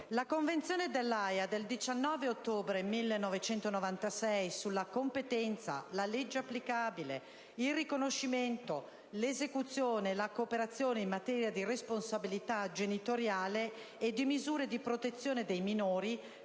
la Convenzione dell'Aja del 19 ottobre 1996 concernente la competenza, la legge applicabile, il riconoscimento, l'esecuzione e la cooperazione in materia di responsabilità genitoriale e di misure di protezione dei minori,